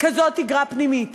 תגרה פנימית